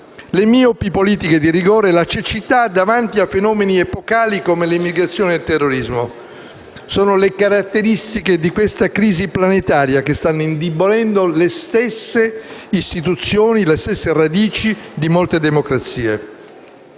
le miopi politiche di rigore e la cecità davanti a fenomeni epocali, come l'immigrazione e il terrorismo. Sono le caratteristiche di questa crisi planetaria che stanno indebolendo le stesse istituzioni e le stesse radici di molte democrazie.